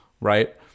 right